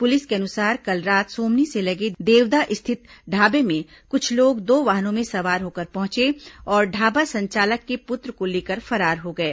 police के अनुसार कल रात सोमनी से लगे देवदा स्थित ढाबे में कुछ लोग दो वाहनों में सवार होकर पहुंचे और ढाबा संचालक के पुत्र को लेकर फरार हो गए